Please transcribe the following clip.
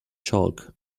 chalk